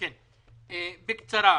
כן, בקצרה.